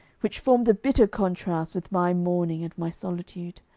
which formed a bitter contrast with my mourning and my solitude.